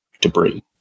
debris